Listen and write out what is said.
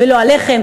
ולא מחיר הלחם,